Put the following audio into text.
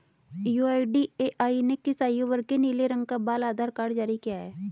UIDAI ने किस आयु वर्ग के लिए नीले रंग का बाल आधार कार्ड जारी किया है?